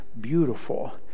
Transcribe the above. beautiful